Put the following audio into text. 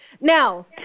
Now